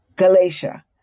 Galatia